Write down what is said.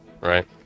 right